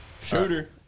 Shooter